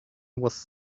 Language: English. was